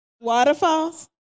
Waterfalls